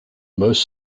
most